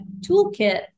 toolkit